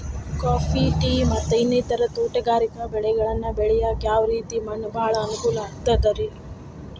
Coffee, tea, ಮತ್ತ ಇನ್ನಿತರ ತೋಟಗಾರಿಕಾ ಬೆಳೆಗಳನ್ನ ಬೆಳೆಯಾಕ ಯಾವ ರೇತಿ ಮಣ್ಣ ಭಾಳ ಅನುಕೂಲ ಆಕ್ತದ್ರಿ?